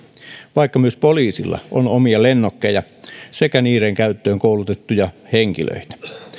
vaikka myös poliisilla on omia lennokkeja sekä niiden käyttöön koulutettuja henkilöitä